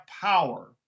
power